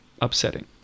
upsetting